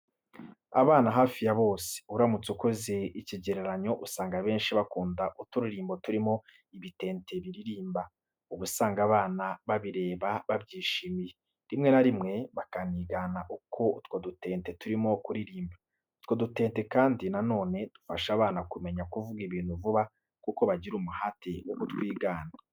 Abana hafi ya bose, uramutse ukoze ikigereranyo usanga abenshi bakunda uturirimbo turimo ibitente biririmba, uba usanga abana babireba babyishimiye rimwe na rimwe bakanigana uko utwo dutente turimo kuririmba. Utwo dutente kandi na none dufasha abana kumenya kuvuga ibintu vuba kuko bagira umuhate wo kutwigana.